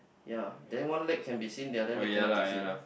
yea then one leg can be seen the other leg cannot be seen